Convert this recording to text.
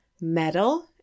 metal